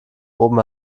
oben